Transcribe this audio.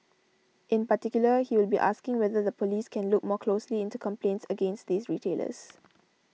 in particular he will be asking whether the police can look more closely into complaints against these retailers